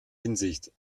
hinsicht